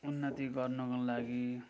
उन्नति गर्नुको लागि